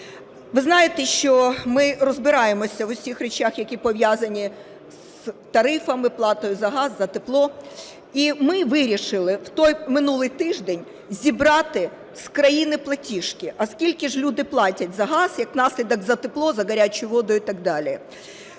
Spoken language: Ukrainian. Ви знаєте, що ми розбираємося в усіх речах, які пов'язані з тарифами, платою за газ, за тепло. І ми вирішили в минулий тиждень зібрати з країни платіжки, а скільки ж люди платять за газ, як наслідок – за тепло, за гарячу воду і так далі.